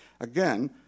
Again